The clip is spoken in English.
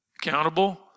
accountable